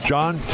John